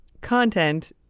content